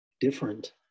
different